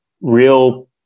real